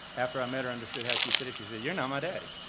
after i met her understood how she said it, she says, you're not my daddy.